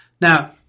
Now